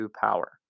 power